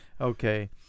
Okay